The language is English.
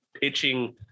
pitching